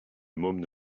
môme